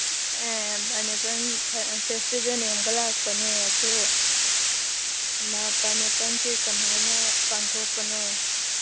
ꯑꯦ ꯄꯥꯏꯅꯦꯄꯟ ꯐꯦꯁꯇꯤꯚꯦꯟ ꯌꯦꯡꯕ ꯂꯥꯛꯄꯅꯤ ꯑꯗꯨ ꯄꯥꯏꯅꯦꯄꯜꯁꯤ ꯀꯃꯥꯏꯅ ꯄꯥꯡꯊꯣꯛꯄꯅꯣ